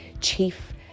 chief